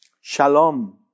Shalom